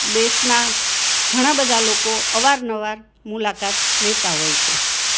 દેશનાં ઘણાં બધાં લોકો અવારનવાર મુલાકાત લેતાં હોય છે